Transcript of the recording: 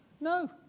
no